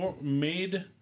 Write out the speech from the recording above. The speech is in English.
made